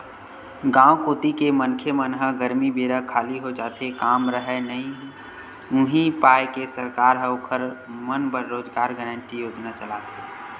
गाँव कोती के मनखे मन ह गरमी बेरा खाली हो जाथे काम राहय नइ उहीं पाय के सरकार ह ओखर मन बर रोजगार गांरटी योजना चलाथे